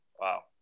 Wow